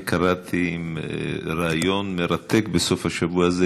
אני קראתי ריאיון מרתק בסוף השבוע הזה